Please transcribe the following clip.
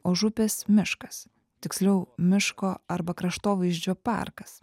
už upės miškas tiksliau miško arba kraštovaizdžio parkas